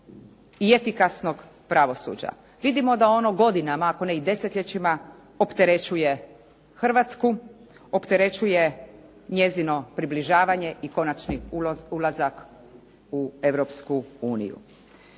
i efikasnog pravosuđa? Vidimo da ono godinama ako ne i desetljećima opterećuje Hrvatsku, opterećuje njezino približavanje i konačni ulazak u Europsku uniju.